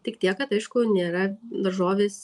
tik tiek kad aišku nėra daržovės